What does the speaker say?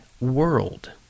world